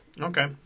Okay